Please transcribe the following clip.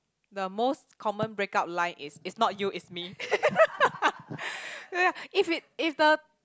the most common break up line is it's not you it's me ya if it if the